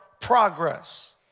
progress